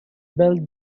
built